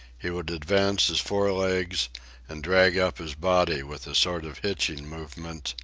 he would advance his fore legs and drag up his body with a sort of hitching movement,